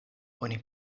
oni